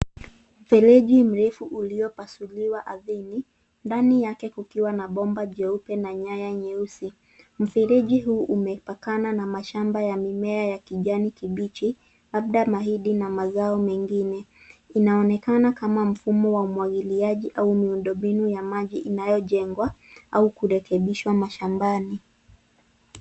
Fereji mrefu uliyo pasuliwa ardhini, ndani yake kukiwa na bomba jeupe na nyaya nyeusi. Mfereji huu umepakana na mashamba ya mimea ya kijani kibichi, labda mahindi na mazao mengine. Inaonekana kama mfumo wa umwagiliaji au miundombinu ya maji inayojengwa au kurekebishwa mashambani.